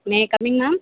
may I come in ma'am